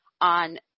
On